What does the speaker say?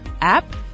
app